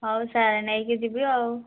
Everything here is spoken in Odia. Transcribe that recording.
ହଉ ସାର୍ ନେଇକି ଯିବି ଆଉ